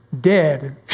Dead